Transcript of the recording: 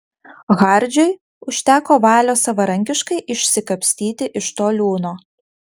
hardžiui užteko valios savarankiškai išsikapstyti iš to liūno